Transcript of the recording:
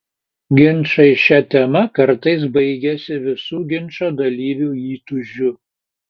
ginčai šia tema kartais baigiasi visų ginčo dalyvių įtūžiu